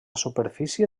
superfície